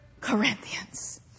Corinthians